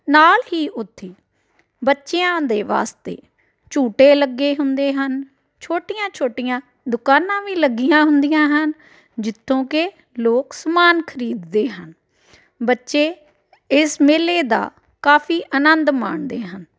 ਨਾਲ ਹੀ ਉੱਥੇ ਬੱਚਿਆਂ ਦੇ ਵਾਸਤੇ ਝੂਟੇ ਲੱਗੇ ਹੁੰਦੇ ਹਨ ਛੋਟੀਆਂ ਛੋਟੀਆਂ ਦੁਕਾਨਾਂ ਵੀ ਲੱਗੀਆਂ ਹੁੰਦੀਆਂ ਹਨ ਜਿੱਥੋਂ ਕਿ ਲੋਕ ਸਮਾਨ ਖਰੀਦਦੇ ਹਨ ਬੱਚੇ ਇਸ ਮੇਲੇ ਦਾ ਕਾਫੀ ਆਨੰਦ ਮਾਣਦੇ ਹਨ